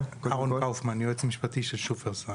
קאופמן, היועץ המשפטי של שופרסל.